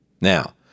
Now